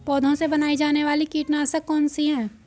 पौधों से बनाई जाने वाली कीटनाशक कौन सी है?